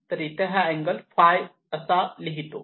तर इथे हा अँगल ɸ लिहितो